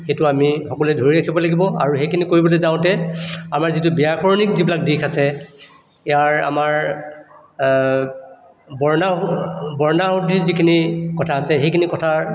সেইটো আমি সকলোৱে ধৰি ৰাখিব লাগিব আৰু সেইখিনি কৰিবলৈ যাওঁতে আমাৰ যিটো ব্যাকৰণিক যিবিলাক দিশ আছে ইয়াৰ আমাৰ বৰ্ণা বৰ্ণাশুদ্ধিৰ যিখিনি কথা আছে সেইখিনি কথাৰ